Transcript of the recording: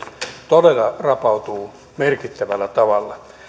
todella rapautuvat merkittävällä tavalla